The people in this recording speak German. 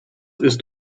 ist